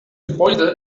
gebäude